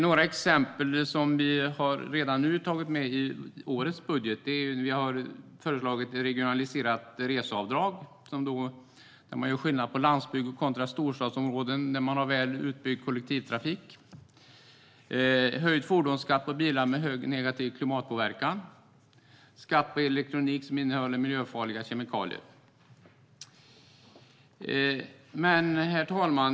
Ett exempel som vi redan nu har tagit med i årets budget och föreslår är regionaliserat reseavdrag där man gör skillnad på landsbygd kontra storstadsområden där man har väl utbyggd kollektivtrafik. Andra exempel är höjd fordonsskatt på bilar med hög negativ klimatpåverkan och skatt på elektronik som innehåller miljöfarliga kemikalier. Herr talman!